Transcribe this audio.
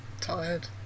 tired